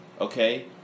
okay